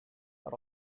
are